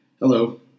Hello